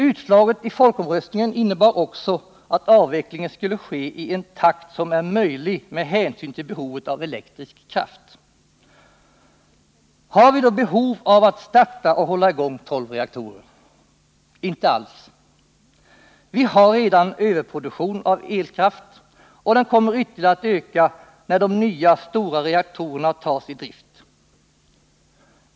Utslaget i folkomröstningen innebar också att avvecklingen skulle ske i en takt som är möjlig med hänsyn till behovet av elektrisk kraft. Har vi då behov av att starta och hålla i gång tolv reaktorer? Inte alls! Vi har redan överproduktion av elkraft, och produktionen kommer ytterligare att öka när de nya stora reaktorerna tas i drift.